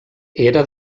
era